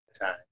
time